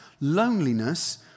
Loneliness